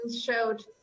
showed